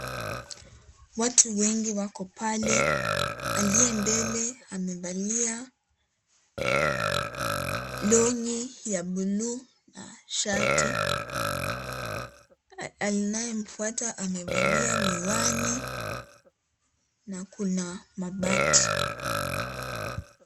Watu wengi wako pale. Aliye mbele amevalia long'i ya blue ,shati. Anayemfuata amevalia miwani na kuna mabati.